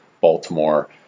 Baltimore